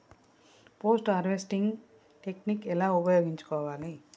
Post harvesting technique ఎలా ఉపయోగించుకోవాలి?